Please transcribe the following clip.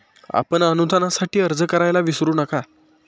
आपण अनुदानासाठी अर्ज करायला विसरू नका